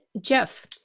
Jeff